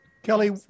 Kelly